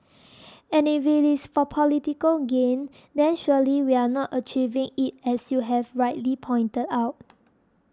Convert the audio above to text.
and if it is for political gain then surely we are not achieving it as you have rightly pointed out